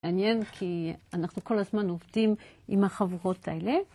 מעניין כי אנחנו כל הזמן עובדים עם החברות האלה.